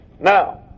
now